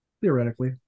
Theoretically